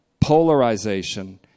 polarization